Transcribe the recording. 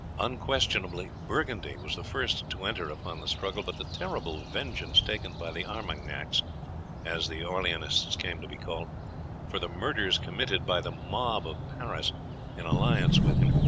unquestionably burgundy was the first to enter upon the struggle, but the terrible vengeance taken by the armagnacs as the orleanists came to be called for the murders committed by the mob of paris in alliance with him,